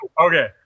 Okay